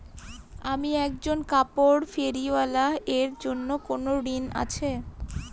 আমি একজন কাপড় ফেরীওয়ালা এর জন্য কোনো ঋণ আছে?